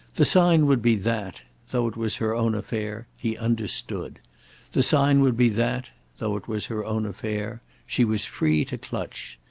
the sign would be that though it was her own affair he understood the sign would be that though it was her own affair she was free to clutch.